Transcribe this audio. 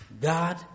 God